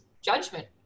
judgment